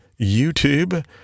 YouTube